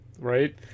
right